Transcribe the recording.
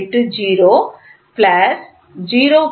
080 plus 0